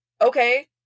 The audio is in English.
okay